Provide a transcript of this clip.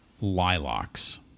Lilacs